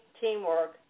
teamwork